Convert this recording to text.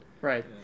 Right